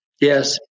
Yes